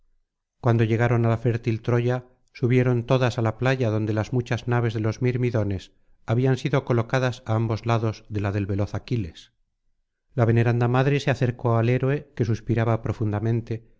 cuando llegaron á la fértil troya subieron todas á la playa donde las muchas naves de los mirmidones habían sido colocadas á ambos lados de la del veloz aquiles la veneranda madre se acercó al héroe que suspiraba profundamente